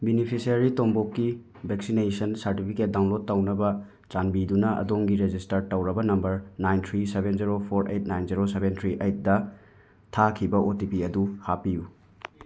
beneficiary ꯇꯣꯝꯄꯣꯛꯀꯤ vaccination certificate download ꯇꯧꯅꯕ ꯆꯥꯟꯕꯤꯗꯨꯅ ꯑꯗꯣꯝꯒꯤ ꯔꯤꯖꯤꯁꯇꯥꯔ ꯇꯧꯔꯕ number nine three seven zero four eight nine zero seven three ꯑꯩꯠꯇ ꯊꯥꯈꯤꯕ ꯑꯣ ꯇꯤ ꯄꯤ ꯑꯗꯨ ꯍꯥꯞꯄꯤꯌꯨ